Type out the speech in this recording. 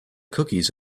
cookies